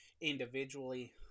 individually